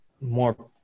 more